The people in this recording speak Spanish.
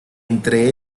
entre